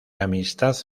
amistad